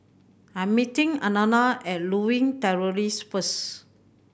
I'm meeting Alannah at Lewin Terrace first